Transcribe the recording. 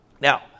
Now